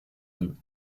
deux